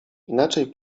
inaczej